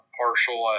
partial